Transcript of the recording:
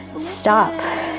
stop